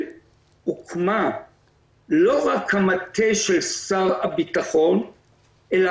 עצמה לא רק כמטה של שר הביטחון אלא